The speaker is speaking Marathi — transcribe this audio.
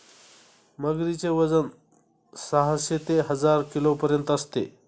मगरीचे वजन साहशे ते हजार किलोपर्यंत असते